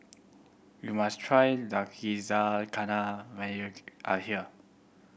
you must try Zakizakana when you are here